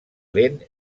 lent